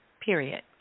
period